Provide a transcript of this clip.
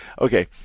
Okay